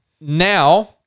now